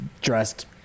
dressed